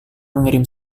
mengirim